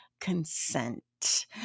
consent